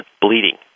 bleeding